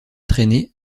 traînée